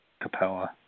Capella